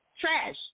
Trash